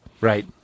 Right